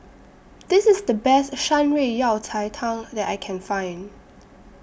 This IS The Best Shan Rui Yao Cai Tang that I Can Find